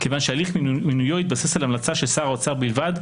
כיוון שהליך מינויו התבסס על המלצה של שר האוצר בלבד,